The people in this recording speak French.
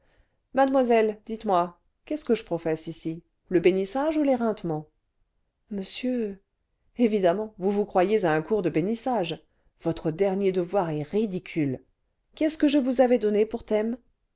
mademoiselle dites-moi qu'est-ce que je professe ici le bénissage ou l'éreintement monsieur évidemment vous vous croyez à un cours de bénissage votre dernier devoir est ridicule qu'est-ce que je vous avais donné pour